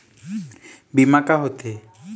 बीमा का होते?